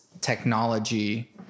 technology